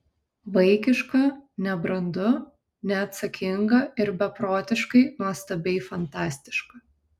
vaikiška nebrandu neatsakinga ir beprotiškai nuostabiai fantastiška